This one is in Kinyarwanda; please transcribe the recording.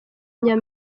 njya